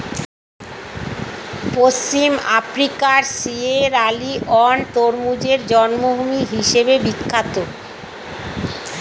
পশ্চিম আফ্রিকার সিয়েরালিওন তরমুজের জন্মভূমি হিসেবে বিখ্যাত